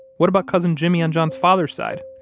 what about cousin jimmy on john's father's side?